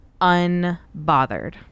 unbothered